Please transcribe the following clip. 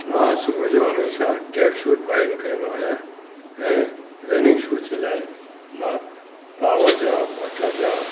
मां सुबुह जो हमेशह ट्रैक सूट पाए निकिरंदो आहियां ऐं रनिंग शूस जे लाए मां पावर जा बाटा जा